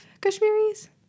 Kashmiris